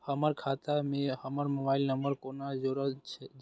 हमर खाता मे हमर मोबाइल नम्बर कोना जोरल जेतै?